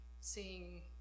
seeing